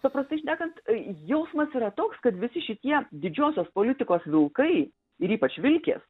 paprastai šnekant jausmas yra toks kad visi šitie didžiosios politikos vilkai ir ypač vilkės